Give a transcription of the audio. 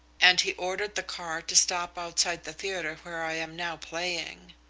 and he ordered the car to stop outside the theatre where i am now playing.